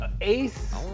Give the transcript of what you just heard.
ace